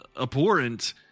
abhorrent